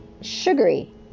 sugary